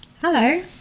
Hello